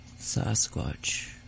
Sasquatch